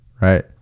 Right